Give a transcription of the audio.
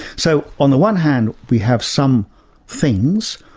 so on the one hand, we have some things,